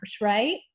right